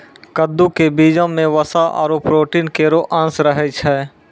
कद्दू क बीजो म वसा आरु प्रोटीन केरो अंश रहै छै